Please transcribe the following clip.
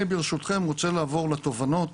ברשותכם, אני רוצה לעבור לתובנות